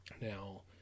now